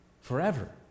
forever